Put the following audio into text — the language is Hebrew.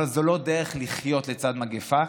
אבל זו לא דרך לחיות לצד מגפה,